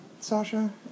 Sasha